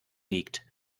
liegt